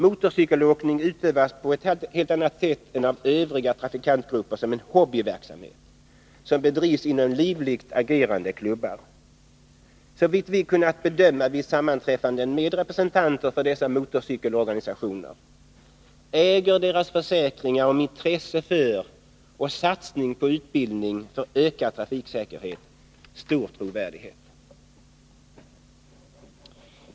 Motorcykelåkning utövas på ett helt annat sätt än av övriga trafikantgrupper som en hobbyverksamhet, som bedrivs inom livligt agerande klubbar. Såvitt vi kunnat bedöma vid sammanträffanden med representanter för dessa motorcykelorganisationer äger deras försäkringar om intresse för och satsning på utbildning för ökad trafiksäkerhet stor trovärdighet.